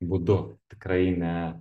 būdu tikrai ne